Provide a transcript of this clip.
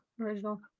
original